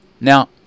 Now